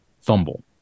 fumble